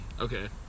Okay